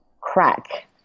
crack